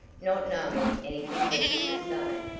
not knowing anything better to say.